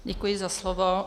Děkuji za slovo.